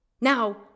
Now